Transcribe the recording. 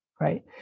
right